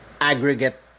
aggregate